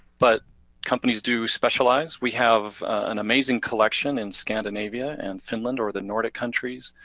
but companies do specialize, we have an amazing collection in scandinavia and finland or the nordic countries.